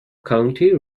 county